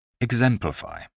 Exemplify